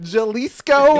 Jalisco